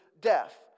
death